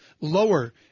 lower